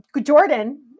Jordan